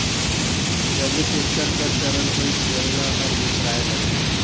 जब ले टेक्टर कर चलन होइस बेलना हर बिसराय लगिस